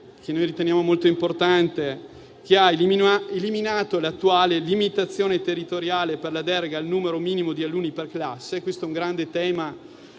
che noi riteniamo molto importante, che ha eliminato l'attuale limitazione territoriale per la deroga al numero minimo di alunni per classe, e questo è un grande tema